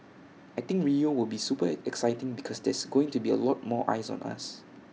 I think Rio will be super exciting because there's going to be A lot more eyes on us